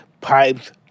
Pipes